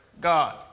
god